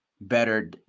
better